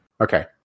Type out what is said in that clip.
Okay